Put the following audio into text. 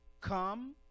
come